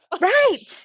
Right